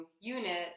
unit